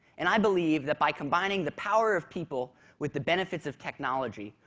and i believe that by combining the power of people with the benefits of technology,